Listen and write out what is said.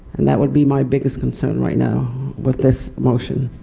and that would be my biggest concern right now with this motion.